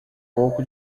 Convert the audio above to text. pouco